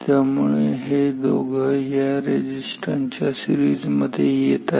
त्यामुळे हे दोघं या रेझिस्टन्स च्या सीरिजमध्ये येत आहेत